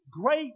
great